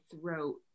throat